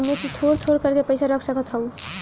एमे तु थोड़ थोड़ कर के पैसा रख सकत हवअ